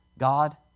God